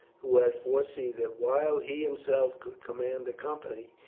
who had foreseen that while he himself could command a company,